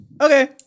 Okay